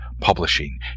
Publishing